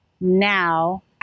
now